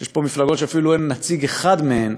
יש פה מפלגות שאין אפילו נציג אחד מהן,